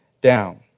down